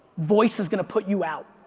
voice is going to put you out.